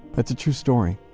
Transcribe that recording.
that's a true story,